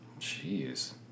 Jeez